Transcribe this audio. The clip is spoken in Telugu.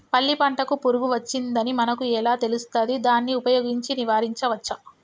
పల్లి పంటకు పురుగు వచ్చిందని మనకు ఎలా తెలుస్తది దాన్ని ఉపయోగించి నివారించవచ్చా?